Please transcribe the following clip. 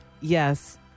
Yes